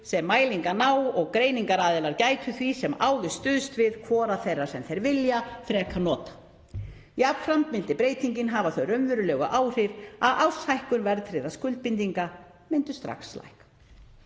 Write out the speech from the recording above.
sem mælingar ná og greiningaraðilar gætu því eftir sem áður stuðst við hvora þeirra sem þeir vilja frekar nota. Jafnframt myndi breytingin hafa þau raunverulegu áhrif að árshækkun verðtryggðra skuldbindinga myndi strax lækka